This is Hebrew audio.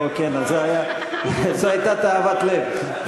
כן, זו הייתה תאוות לב.